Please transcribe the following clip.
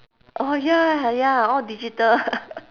oh ya ya all digital